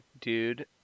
dude